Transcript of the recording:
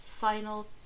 final